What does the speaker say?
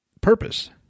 purpose